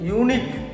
unique